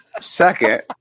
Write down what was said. Second